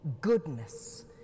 goodness